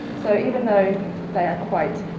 so even though they are quite